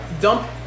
Dump